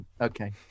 okay